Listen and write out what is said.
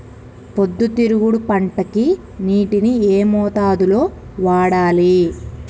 పొద్దుతిరుగుడు పంటకి నీటిని ఏ మోతాదు లో వాడాలి?